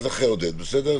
אז אחרי עודד, בסדר?